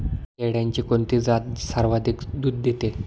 शेळ्यांची कोणती जात सर्वाधिक दूध देते?